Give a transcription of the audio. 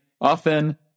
often